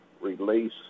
release